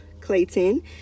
clayton